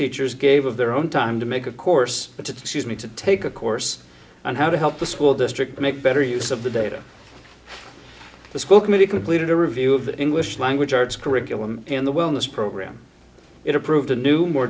teachers gave of their own time to make of course but to choose me to take a course on how to help the school district make better use of the data the school committee completed a review of the english language arts curriculum and the wellness program it approved a new more